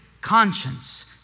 conscience